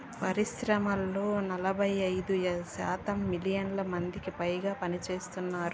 పరిశ్రమల్లో నలభై ఐదు శాతం మిలియన్ల మందికిపైగా పనిచేస్తున్నారు